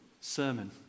sermon